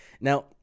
Now